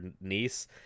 niece